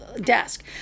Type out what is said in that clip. desk